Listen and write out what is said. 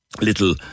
little